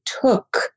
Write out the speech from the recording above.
took